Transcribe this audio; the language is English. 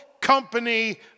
company